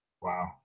Wow